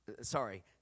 Sorry